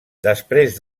després